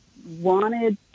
wanted